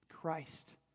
Christ